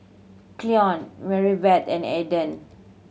Cleon Maribeth and Eden